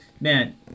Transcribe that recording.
Man